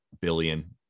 billion